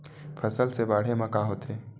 फसल से बाढ़े म का होथे?